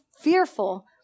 fearful